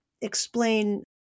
explain